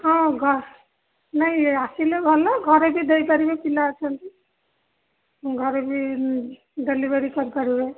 ହଁ ଗ ନାଇଁ ଆସିଲେ ଭଲ ଘରେ ବି ଦେଇ ପାରିବେ ପିଲା ଅଛନ୍ତି ଘରେ ବି ଡେଲିଭରି କରିପାରିବେ